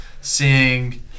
seeing